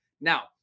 Now